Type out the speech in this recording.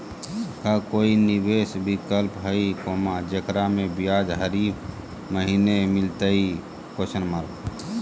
का कोई निवेस विकल्प हई, जेकरा में ब्याज हरी महीने मिलतई?